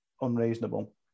unreasonable